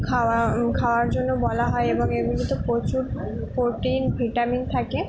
খাওয়া খাওয়ার জন্য বলা হয় এবং এগুলিতে প্রচুর প্রোটিন ভিটামিন থাকে